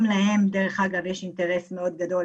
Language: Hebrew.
גם להם דרך אגב יש אינטרס מאוד גדול